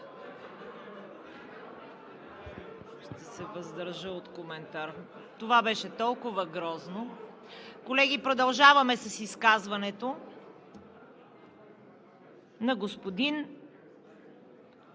Ще се въздържа от коментар. Това беше толкова грозно! Колеги, продължаваме с изказването на господин